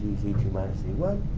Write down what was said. z two minus z one.